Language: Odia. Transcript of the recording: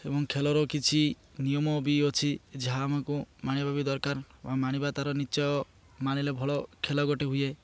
ଏବଂ ଖେଳର କିଛି ନିୟମ ବି ଅଛି ଯାହା ଆମକୁ ମାନିବା ବି ଦରକାର ବା ମାନିବା ତାର ନିଚ ମାନିଲେ ଭଲ ଖେଳ ଗୋଟେ ହୁଏ